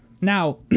Now